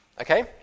okay